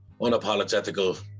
unapologetical